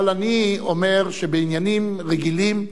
אבל אני אומר שבעניינים רגילים,